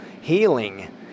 healing